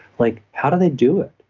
like how do they do it,